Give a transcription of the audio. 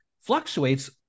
fluctuates